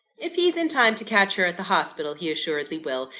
if he's in time to catch her at the hospital, he assuredly will.